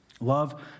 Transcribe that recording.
Love